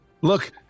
Look